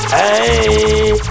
Hey